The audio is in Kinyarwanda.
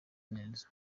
neza